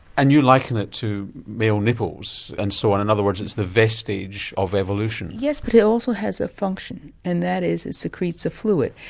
and you liken it to male nipples, and so in and other words it's the vestige of evolution. yes but it also has a function, and that is, it secretes a fluid.